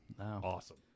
Awesome